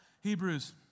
Hebrews